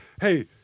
Hey